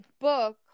book